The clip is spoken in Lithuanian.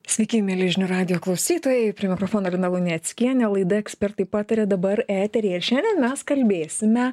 sveiki mieli žinių radijo klausytojai prie mikrofono lina luneckienė laida ekspertai pataria dabar eteryje ir šiandien mes kalbėsime